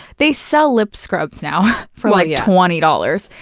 they sell lip scrubs now for like twenty dollars.